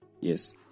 Yes